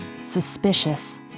Suspicious